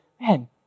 man